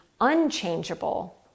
unchangeable